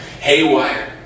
haywire